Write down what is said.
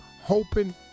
Hoping